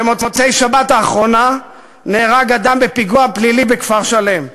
במוצאי השבת האחרונה נהרג אדם בפיגוע פלילי בכפר-שלם.